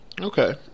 Okay